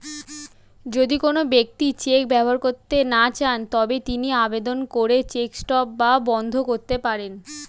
যদি কোন ব্যক্তি চেক ব্যবহার করতে না চান তবে তিনি আবেদন করে চেক স্টপ বা বন্ধ করতে পারেন